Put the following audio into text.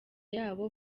yabo